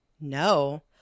No